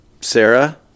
Sarah